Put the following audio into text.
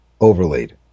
overlaid